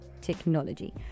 Technology